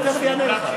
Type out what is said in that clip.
אני תכף אענה לך.